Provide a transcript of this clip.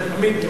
זה תמיד טוב.